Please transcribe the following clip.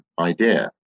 idea